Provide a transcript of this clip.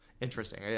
Interesting